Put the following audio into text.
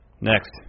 Next